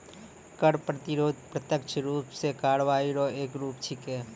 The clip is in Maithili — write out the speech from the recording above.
कर प्रतिरोध प्रत्यक्ष रूप सं कार्रवाई रो एक रूप छिकै